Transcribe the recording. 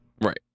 Right